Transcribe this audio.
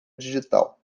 digital